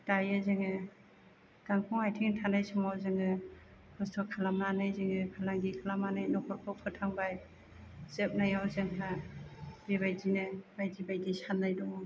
दायो जोङो गांखं आथिं थानाय समाव जोङो खस्थ' खालामनानै जोङो फालांगि खालामनानै नखरखौ फोथांबाय जोबनायाव जोंहा बेबायदिनो बायदि बायदि सान्नाय दङ